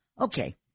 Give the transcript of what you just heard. Okay